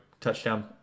touchdown